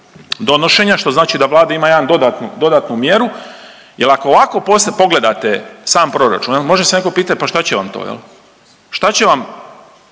donošenja, što znači da Vlada ima jedan dodatnu, dodatnu mjeru jel ako ovako pogledate sam proračun jel, može se neko pitat pa šta će vam to jel, šta će vam